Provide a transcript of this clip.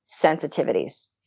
sensitivities